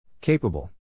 Capable